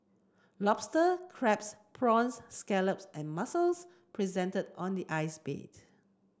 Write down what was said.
lobster crabs prawns scallops and mussels presented on the ice bed